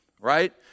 right